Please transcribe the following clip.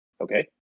Okay